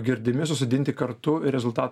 girdimi susodinti kartu ir rezultatai